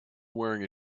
wearing